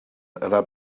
yna